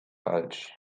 falsch